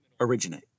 originate